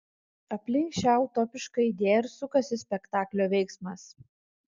aplink šią utopišką idėją ir sukasi spektaklio veiksmas